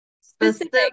Specific